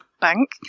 bank